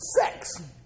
sex